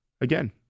again